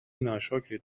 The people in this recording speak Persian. ناشکرید